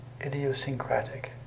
idiosyncratic